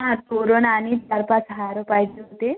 हां तोरण आणि चार पाच हार पाहिजे होते